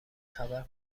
خبر